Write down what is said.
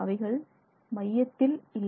அவைகள் மையத்தில் இல்லை